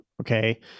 okay